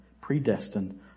predestined